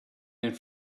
den